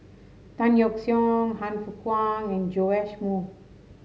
Tan Yeok Seong Han Fook Kwang and Joash Moo